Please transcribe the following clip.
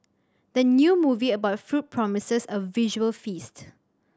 the new movie about food promises a visual feast